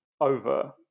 over